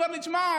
אומר לי: שמע,